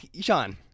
Sean